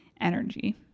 energy